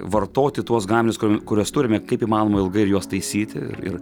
vartoti tuos gaminius kuriuos turime kaip įmanoma ilgai ir juos taisyti ir